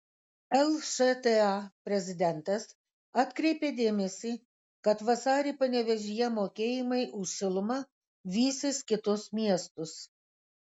lšta prezidentas atkreipė dėmesį kad vasarį panevėžyje mokėjimai už šilumą vysis kitus miestus